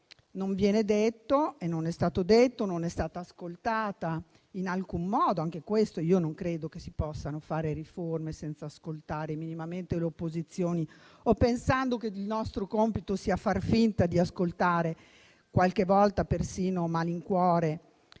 non poco significativo. Non è stata ascoltata in alcun modo l'opposizione e non credo che si possano fare riforme senza ascoltare minimamente le opposizioni o pensando che il nostro compito sia far finta di ascoltare, qualche volta persino a malincuore,